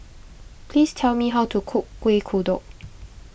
please tell me how to cook Kuih Kodok